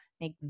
make